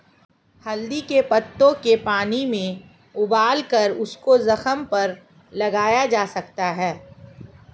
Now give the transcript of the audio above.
हल्दी के पत्तों के पानी में उबालकर उसको जख्म पर लगाया जा सकता है